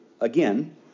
again